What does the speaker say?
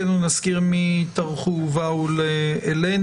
מכובדיי, כדרכנו, נזכיר מי טרחו ובאו אלינו.